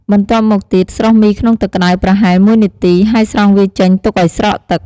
បន្ទាប់មកទៀត ស្រុះមីក្នុងទឹកក្តៅ ប្រហែល ១នាទី ហើយស្រង់វាចេញ ទុកឱ្យស្រក់ទឹក ។